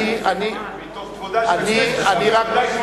מתוך כבודה של הכנסת,